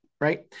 Right